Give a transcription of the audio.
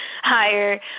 higher